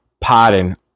pardon